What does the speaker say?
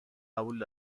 قبول